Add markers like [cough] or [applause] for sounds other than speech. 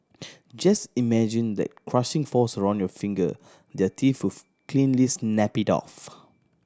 just imagine that crushing force around your finger their teeth [unintelligible] cleanly snap it off